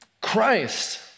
Christ